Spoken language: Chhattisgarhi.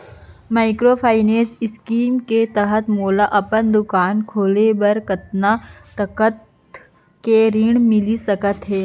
माइक्रोफाइनेंस स्कीम के तहत मोला अपन दुकान खोले बर कतना तक के ऋण मिलिस सकत हे?